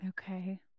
Okay